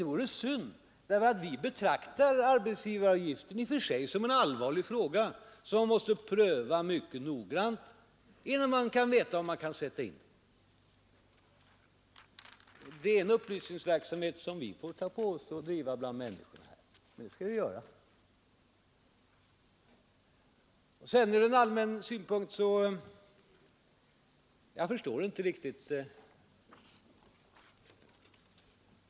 En sådan inställning vore synd, för vi betraktar arbetsgivaravgiften i och för sig som en allvarlig fråga, som vi måste pröva mycket noggrant innan vi vet vad vi kan göra med den. Det behövs en upplysningsverksamhet, som vi får ta på oss att driva bland människorna, och det skall vi göra. Sedan ännu en synpunkt, där jag inte riktigt förstår er.